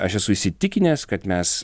aš esu įsitikinęs kad mes